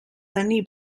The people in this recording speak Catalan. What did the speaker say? taní